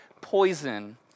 poison